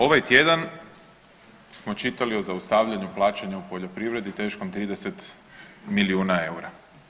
Ovaj tjedan smo čitali o zaustavljanju plaćanja u poljoprivredi teškom 30 milijuna eura.